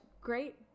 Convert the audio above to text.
great